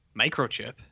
Microchip